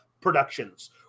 productions